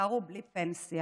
שיישארו בלי פנסיה,